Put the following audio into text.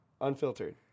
Unfiltered